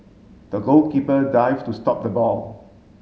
the goalkeeper dived to stop the ball